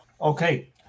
Okay